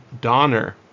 Donner